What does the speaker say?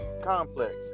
complex